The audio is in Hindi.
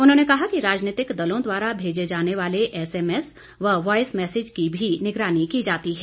उन्होंने कहा कि राजनीतिक दलों द्वारा भेजे जाने वाले एसएमएस या वाईस मैसिज की भी निगरानी की जाती है